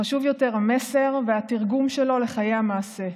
חשוב יותר המסר והתרגום שלו לחיי המעשה.